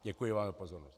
Děkuji vám za pozornost.